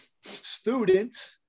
student